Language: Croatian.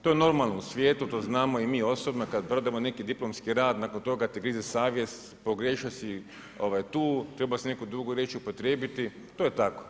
To je normalno u svijetu, to znamo i mi osobno kada predamo neki diplomski rad nakon toga te grize savjest, pogriješio si tu, trebao si neku drugu riječ upotrijebiti, to je tako.